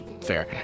fair